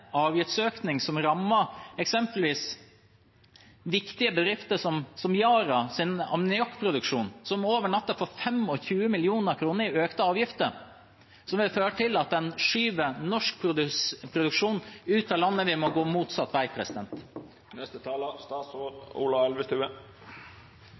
som rammer eksempelvis viktige bedrifter som Yara og deres ammoniakkproduksjon, som over natten får 25 mill. kr i økte avgifter, og som vil føre til at en skyver norsk produksjon ut av landet. Vi må gå motsatt vei.